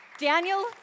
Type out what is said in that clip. Daniel